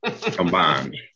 combined